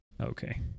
okay